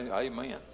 Amen